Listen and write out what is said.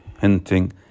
hinting